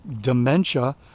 dementia